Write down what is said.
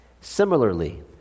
Similarly